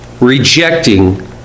rejecting